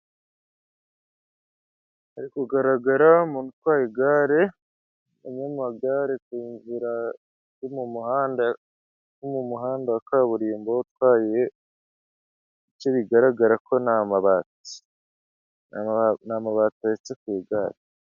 Hari kugaragara umuntu utwaye igare umunyamagare kunzira yo mu muhanda wa kaburimbo utwayeicyo bigaragara ko ari amabati n'amabatite yatse ku igare.